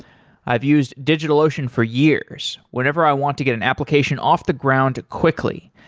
i've used digitalocean for years whenever i want to get an application off the ground quickly,